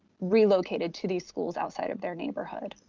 relocated to these schools outside of their neighborhood.